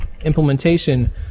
implementation